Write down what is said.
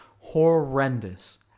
horrendous